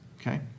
Okay